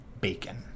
bacon